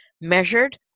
measured